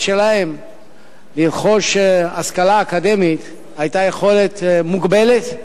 שלהם לרכוש השכלה אקדמית היתה מוגבלת.